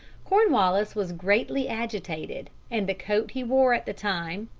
cornwallis was greatly agitated, and the coat he wore at the time,